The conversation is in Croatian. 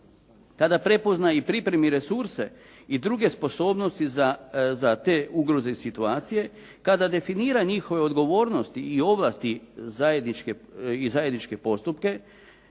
kada prepozna i pripremi resurse i druge sposobnosti za te ugroze i situacije, kada definira njihove odgovornosti i ovlasti i zajedničke postupke,